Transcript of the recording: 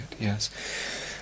yes